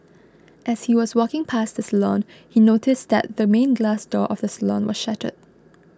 as he was walking past the salon he noticed that the main glass door of the salon was shattered